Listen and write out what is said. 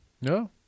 No